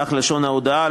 כך לשון ההודעה,